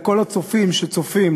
לכל הצופים שצופים,